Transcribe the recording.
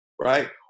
right